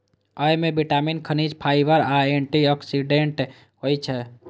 अय मे विटामिन, खनिज, फाइबर आ एंटी ऑक्सीडेंट होइ छै